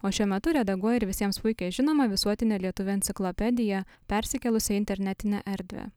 o šiuo metu redaguoja ir visiems puikiai žinomą visuotinę lietuvių enciklopediją persikėlusią į internetinę erdvę